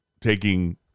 taking